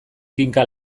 kinka